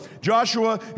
Joshua